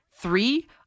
three